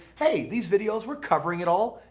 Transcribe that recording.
hey these videos were covering it all.